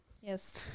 yes